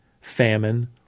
famine